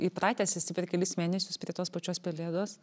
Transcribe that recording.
įpratęs esi per kelis mėnesius prie tos pačios pelėdos